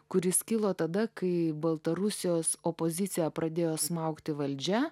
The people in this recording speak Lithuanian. kuris kilo tada kai baltarusijos opoziciją pradėjo smaugti valdžia